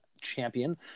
champion